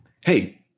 Hey